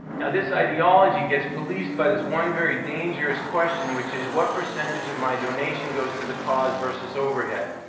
now, this ideology gets policed by this one very dangerous question, which is, what percentage of my donation goes to the cause versus overhead?